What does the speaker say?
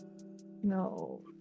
No